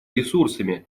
ресурсами